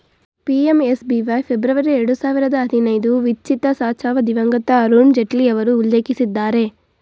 PMSBY February ಎರಡು ಸಾವಿರದ ಹದಿನೈದು ವಿತ್ಚಿತಸಾಚವ ದಿವಂಗತ ಅರುಣ್ ಜೇಟ್ಲಿಯವರು ಉಲ್ಲೇಖಿಸಿದ್ದರೆ